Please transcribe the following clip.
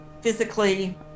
physically